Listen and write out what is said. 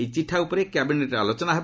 ଏହି ଚିଠା ଉପରେ କ୍ୟାବିନେଟ୍ରେ ଆଲୋଚନା ହେବ